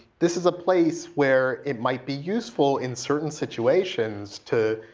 this is a place where it might be useful in certain situations to,